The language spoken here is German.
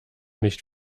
nicht